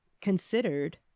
considered